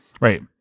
Right